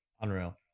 Unreal